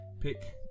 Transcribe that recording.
pick